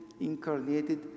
incarnated